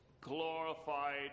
glorified